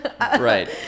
Right